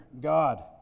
God